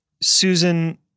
Susan